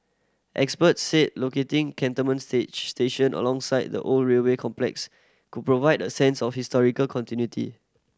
experts said locating Cantonment station alongside the old railway complex could provide a sense of historical continuity